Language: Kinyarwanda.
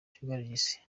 isi